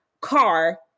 car